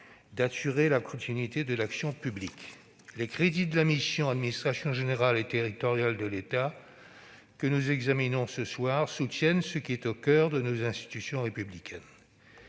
d'assurer la continuité de l'action publique. Les crédits de la mission « Administration générale et territoriale de l'État » que nous examinons ce soir soutiennent ce qui est au coeur de nos institutions républicaines.